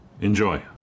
Enjoy